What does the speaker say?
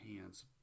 hands